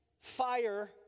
fire